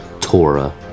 Torah